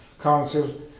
Council